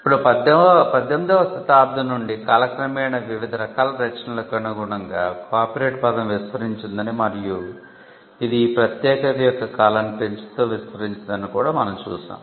ఇప్పుడు 18 వ శతాబ్దం నుండి కాలక్రమేణా వివిధ రకాల రచనలకు అనుగుణంగా కాపీరైట్ పదం విస్తరించిందని మరియు ఇది ఈ ప్రత్యేకత యొక్క కాలాన్ని పెంచుతూ విస్తరించిందని కూడా మనం చూస్తాం